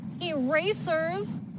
erasers